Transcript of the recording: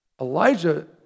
Elijah